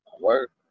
Work